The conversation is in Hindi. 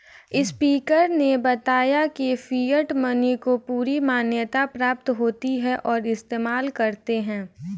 स्पीकर ने बताया की फिएट मनी को पूरी मान्यता प्राप्त होती है और इस्तेमाल करते है